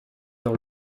dans